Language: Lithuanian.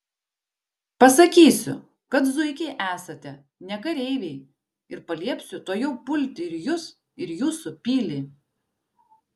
pasakysiu kad zuikiai esate ne kareiviai ir paliepsiu tuojau pulti ir jus ir jūsų pilį